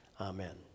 Amen